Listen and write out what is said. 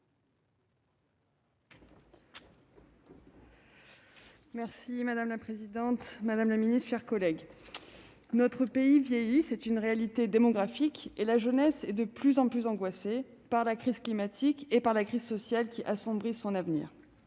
Vogel. Madame la présidente, madame la secrétaire d'État, mes chers collègues, notre pays vieillit- c'est une réalité démographique -et la jeunesse est de plus en plus angoissée par la crise climatique et sociale qui assombrit son avenir.